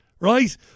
right